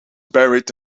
buried